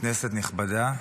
כנסת נכבדה,